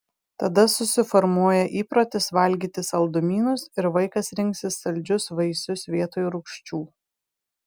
tada susiformuoja įprotis valgyti saldumynus ir vaikas rinksis saldžius vaisius vietoj rūgščių